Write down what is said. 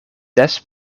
des